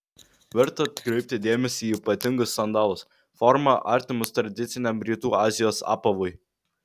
verta atkreipti dėmesį į ypatingus sandalus forma artimus tradiciniam rytų azijos apavui